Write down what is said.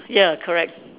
ya correct